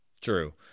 True